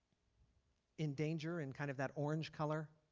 in danger in kind of that orange color